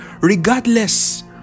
regardless